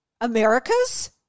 America's